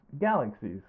galaxies